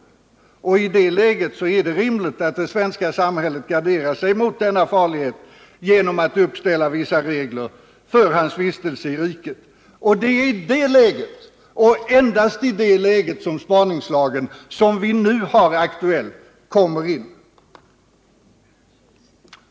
Och i det läget är det rimligt att det svenska samhället garderar sig mot denna farlighet genom att uppställa vissa regler för hans vistelse i riket. Och det är i detta läge och endast i detta läge som spaningslagen, som vi nu har aktuell, kommer in.